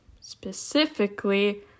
specifically